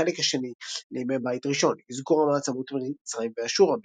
החלק השני לימי בית ראשון אזכור המעצמות מצרים ואשור,